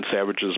Savage's